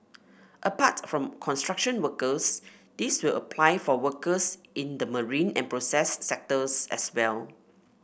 apart from construction workers this will apply for workers in the marine and process sectors as well